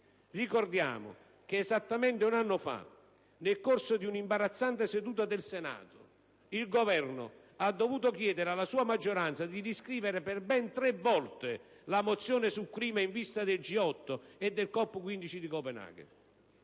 Ricordiamo che, esattamente un anno fa, nel corso di un'imbarazzante seduta del Senato, il Governo ha dovuto chiedere alla sua maggioranza di riscrivere per ben tre volte la mozione sul clima in vista del G8 e del COP 15 di Copenaghen.